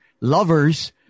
lovers